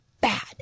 bad